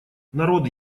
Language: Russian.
народ